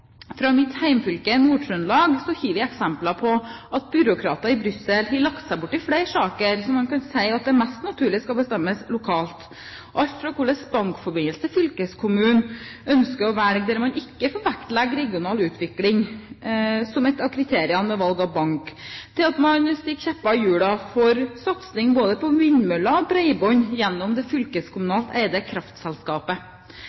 Fra mitt hjemfylke, Nord-Trøndelag, har vi eksempler på at byråkrater i Brussel har lagt seg borti flere saker som man kan si at det er mest naturlig at skal bestemmes lokalt, alt fra hvilken bankforbindelse fylkeskommunen ønsker å velge, der man ikke får vektlegge regional utvikling som et av kriteriene ved valg av bank, til at man stikker kjepper i hjulene for satsing både på vindmøller og bredbånd gjennom det